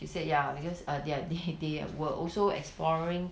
she said ya because err they have they they were also exploring